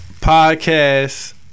podcast